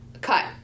cut